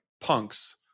punks